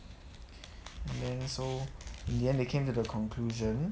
and then so in the end they came to the conclusion